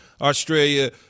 Australia